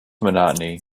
monotony